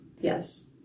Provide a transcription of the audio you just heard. yes